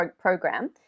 program